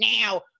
now